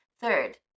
Third